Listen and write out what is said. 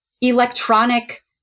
electronic